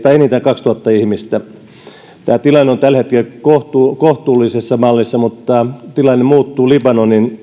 enintään kaksituhatta ihmistä tämä tilanne on tällä hetkellä kohtuullisessa mallissa mutta tilanne muuttuu libanonin